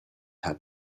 had